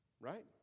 right